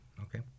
okay